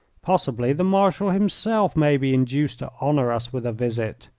possibly the marshal himself may be induced to honour us with a visit.